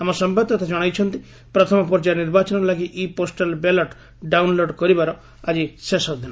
ଆମ ସମ୍ଭାଦଦାତା ଜଣାଇଛନ୍ତି ପ୍ରଥମ ପର୍ଯ୍ୟାୟ ନିର୍ବାଚନ ଲାଗି ଇ ପୋଷ୍ଟାଲ୍ ବ୍ୟାଲଟ୍ ଡାଉନ୍ଲୋଡ୍ କରିବାର ଆକି ଶେଷ ଦିନ